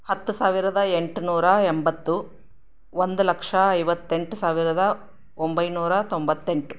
ಹತ್ತು ಸಾವಿರದ ಎಂಟುನೂರ ಎಂಬತ್ತು ಒಂದು ಲಕ್ಷ ಐವತ್ತೆಂಟು ಸಾವಿರದ ಒಂಬೈನೂರ ತೊಂಬತ್ತೆಂಟು